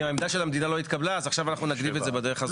אם העמדה של המדינה לא התקבלה אז עכשיו נגניב את זה בדרך הזאת.